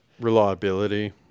Reliability